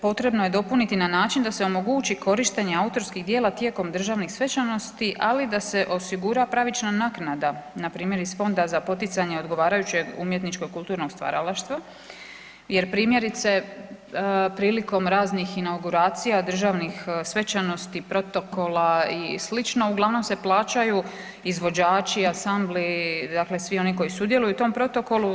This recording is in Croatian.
Potrebno je dopuniti na način da se omogući korištenje autorskih djela tijekom državnih svečanosti, ali da se osigura pravična naknada na primjer iz Fonda za poticanje odgovarajućeg umjetničkog kulturnog stvaralaštva jer primjerice prilikom raznih inauguracija državnih svečanosti, protokola i slično uglavnom se plaćaju izvođači, ansambli, dakle svi oni koji sudjeluju u tom protokolu.